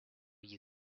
you